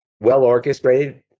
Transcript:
well-orchestrated